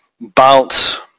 bounce